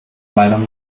meinung